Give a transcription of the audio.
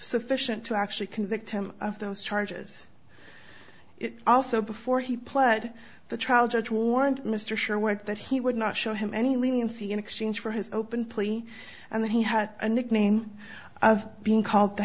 sufficient to actually convict him of those charges also before he pled the trial judge warned mr sure word that he would not show him any leniency in exchange for his open plea and that he had a nickname of being called the